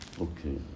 Okay